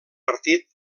partit